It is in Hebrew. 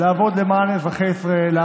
לעבוד למען אזרחי ישראל,